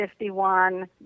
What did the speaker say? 51